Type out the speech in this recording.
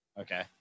Okay